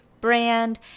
brand